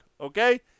okay